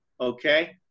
Okay